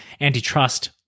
antitrust